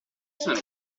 saint